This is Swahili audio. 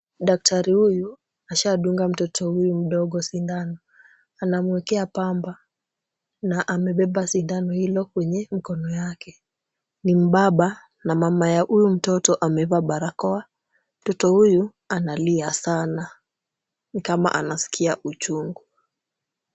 Daktari huyu ashadunga mtoto huyu mdogo sindano. Anamuekea pamba na amebeba sindano hilo kwenye mkono yake. Ni mbaba na mama ya huyu mtoto amevaa barakoa. Mtoto huyu analia sana ni kama anasikia uchungu.